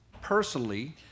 personally